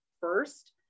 first